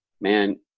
man